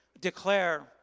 declare